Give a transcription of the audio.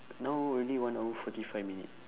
now already one hour forty five minute